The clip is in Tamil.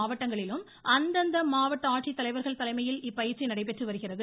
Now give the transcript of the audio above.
மாவட்டங்களிலும் அனைத்து மாவட்ட ஆட்சித்தலைவர்கள் தலைமையில் இப்பயிற்சி நடைபெற்று வருகிறது